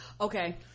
okay